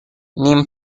نیم